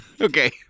okay